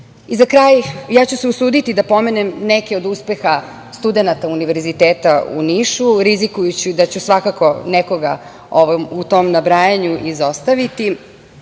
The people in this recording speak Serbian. kraj ja ću se usuditi da pomenem neke od uspehe studenata Univerziteta u Nišu, rizikujući da ću nekoga u tom nabrajanju izostaviti.